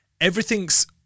everything's